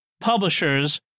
publishers